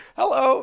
hello